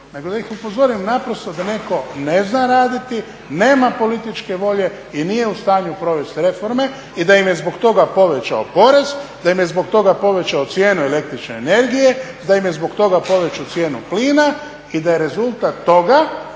da ih upozorim naprosto da netko ne zna raditi, nema političke volje i nije u stanju provesti reforme i da im je zbog toga povećao porez, da im je zbog toga povećao cijenu električne energije, da im je zbog toga povećao cijenu plina i da je rezultat toga